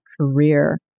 career